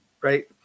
Right